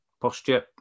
posture